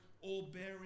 all-bearing